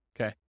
Okay